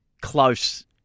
close –